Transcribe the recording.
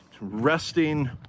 resting